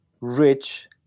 rich